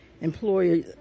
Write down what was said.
employer